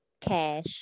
cash